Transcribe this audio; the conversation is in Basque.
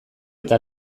eta